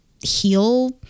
heal